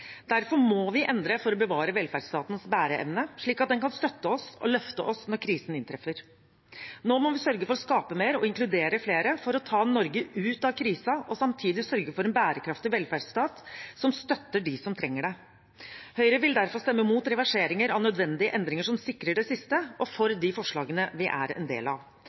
Derfor må vi endre for å bevare velferdsstatens bæreevne, slik at den kan støtte oss og løfte oss når krisen inntreffer. Nå må vi sørge for å skape mer og inkludere flere for å ta Norge ut av krisen og samtidig sørge for en bærekraftig velferdsstat som støtter dem som trenger det. Høyre vil derfor stemme mot reverseringer av nødvendige endringer som sikrer det siste, og for de forslagene vi er en del av.